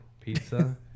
pizza